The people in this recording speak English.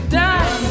die